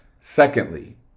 Secondly